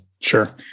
sure